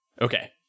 okay